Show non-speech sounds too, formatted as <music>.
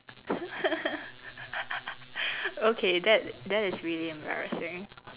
<laughs> okay that that is really embarrassing